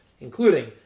including